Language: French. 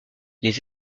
les